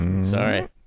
sorry